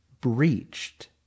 breached